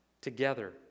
Together